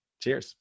Cheers